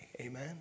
Amen